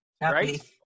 Right